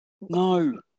no